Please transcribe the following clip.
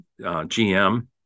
GM